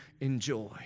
enjoy